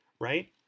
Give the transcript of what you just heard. right